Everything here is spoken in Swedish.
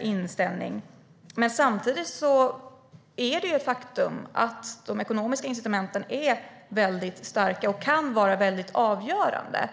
inställning - men samtidigt är de ekonomiska incitamenten väldigt starka och kan vara avgörande.